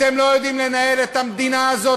אתם לא יודעים לנהל את המדינה הזאת,